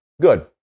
good